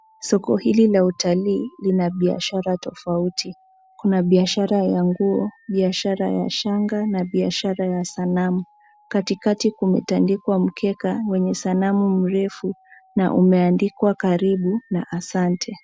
Soko hili la utalii lina biashara tofauti. Kuna biashara ya nguo, biashara ya shanga na biashara ya sanamu. Katikati kumetandikwa mkeka wenye sanamu mrefu na umeandikwa karibu na asante.